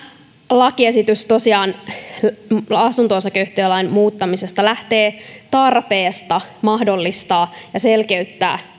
lakiesitys asunto osakeyhtiölain muuttamisesta lähtee tarpeesta mahdollistaa ja selkeyttää